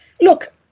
Look